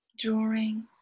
drawing